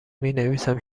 مینویسم